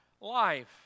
Life